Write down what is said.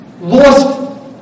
Lost